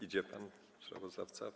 Idzie pan sprawozdawca?